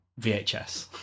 vhs